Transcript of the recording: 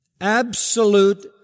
Absolute